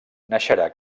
naixerà